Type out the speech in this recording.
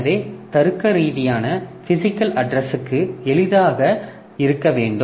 எனவே தர்க்கரீதியான பிசிகல் அட்ரஸ்க்கு எளிதாக இருக்க வேண்டும்